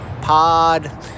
pod